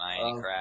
Minecraft